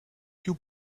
you